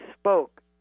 spoke